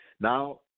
Now